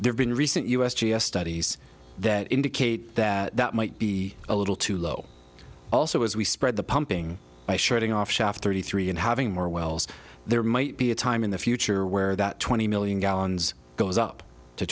there's been recent u s g s studies that indicate that might be a little too low also as we spread the pumping by shutting off shaft thirty three and having more wells there might be a time in the future where that twenty million gallons goes up to